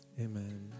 amen